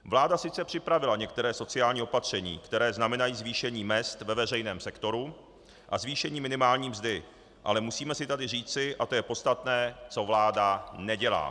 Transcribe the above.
Vláda sice připravila některá sociální opatření, která znamenají zvýšení mezd ve veřejném sektoru a zvýšení minimální mzdy, ale musíme si tady říci, a to je podstatné, co vláda nedělá.